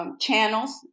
Channels